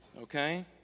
okay